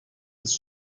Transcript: ist